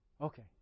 Okay